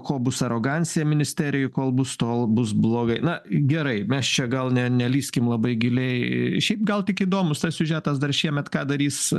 kol bus arogancija ministerijų kol bus tol bus blogai na gerai mes čia gal ne nelįskim labai giliai šiaip gal tik įdomus tas siužetas dar šiemet ką darys